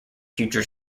future